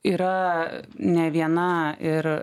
yra ne viena ir